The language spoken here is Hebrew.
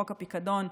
חוק הפיקדון,